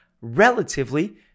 relatively